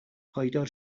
پایدار